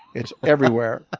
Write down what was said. it's everywhere.